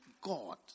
God